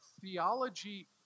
Theology